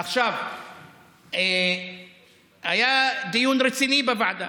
היה דיון רציני בוועדה.